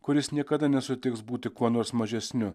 kuris niekada nesutiks būti kuo nors mažesniu